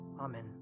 Amen